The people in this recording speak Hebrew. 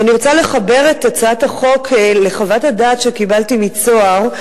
אני רוצה לחבר את הצעת החוק לחוות הדעת שקיבלתי מ"צהר"